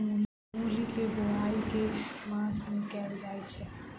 मूली केँ बोआई केँ मास मे कैल जाएँ छैय?